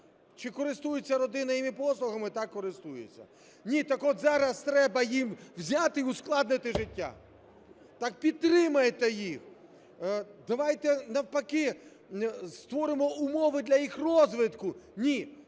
Чи користується родина їхніми послугами? Так, користується. Ні, так от зараз треба їм взяти і ускладнити життя. Так підтримайте їх! Давайте, навпаки, створимо умови для їх розвитку. Ні,